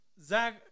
Zach